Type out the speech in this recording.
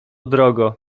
drogo